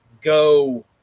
go